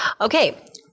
Okay